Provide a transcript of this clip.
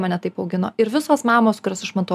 mane taip augino ir visos mamos kurias aš matau